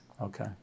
Okay